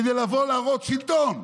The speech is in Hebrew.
כדי לבוא ולהראות שלטון.